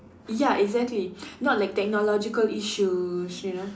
ya exactly not like technological issues you know